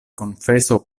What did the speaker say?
konfeso